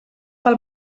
pel